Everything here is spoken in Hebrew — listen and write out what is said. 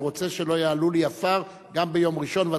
אבל רוצה שלא יעלו לי עפר גם ביום ראשון,